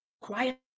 quiet